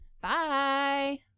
Bye